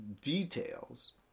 details